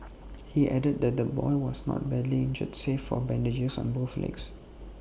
he added that the boy was not badly injured save for bandages on both legs